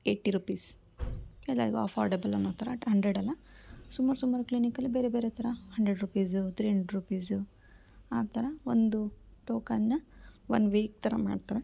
eighty rupees ಎಲ್ಲರಿಗೂ affordable ಅನ್ನೋ ಥರ ಹಂಡ್ರೆಡ್ ಅಲ್ಲ ಸುಮಾರು ಸುಮಾರು ಕ್ಲಿನಿಕ್ಕಲ್ಲಿ ಬೇರೆ ಬೇರೆ ಥರ hundred rupees three hundred rupees ಆ ಥರ ಒಂದು ಟೋಕನ್ನ ಒನ್ ವೀಕ್ ಥರ ಮಾಡ್ತಾರೆ